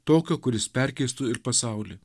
tokio kuris perkeistų ir pasaulį